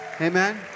Amen